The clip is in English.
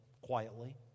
quietly